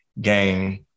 game